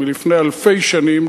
לפני אלפי שנים,